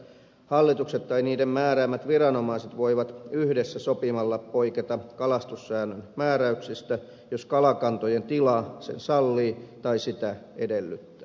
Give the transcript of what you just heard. hallitukset tai niiden määräämät viranomaiset voivat yhdessä sopimalla poiketa kalastussäännön määräyksistä jos kalakantojen tila sen sallii tai sitä edellyttää